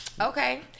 okay